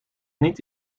niet